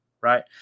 right